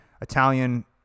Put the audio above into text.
Italian